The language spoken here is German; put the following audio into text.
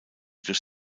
durch